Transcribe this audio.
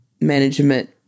management